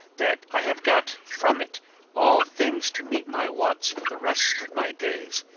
that i have got from it all things to meet my wants for the rest of my days.